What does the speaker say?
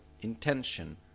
intention